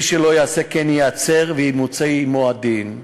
מי שלא יעשה כן ייעצר, וימוצה עמו הדין.